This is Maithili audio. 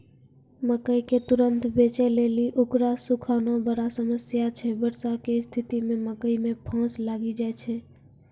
मकई के तुरन्त बेचे लेली उकरा सुखाना बड़ा समस्या छैय वर्षा के स्तिथि मे मकई मे फंगस लागि जाय छैय?